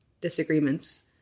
disagreements